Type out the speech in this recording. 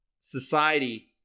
Society